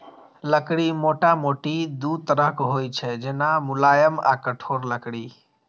लकड़ी मोटामोटी दू तरहक होइ छै, जेना, मुलायम आ कठोर लकड़ी